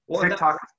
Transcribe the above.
TikTok